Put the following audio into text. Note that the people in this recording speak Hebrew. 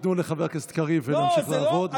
תיתנו לחבר הכנסת קריב להמשיך לעבוד,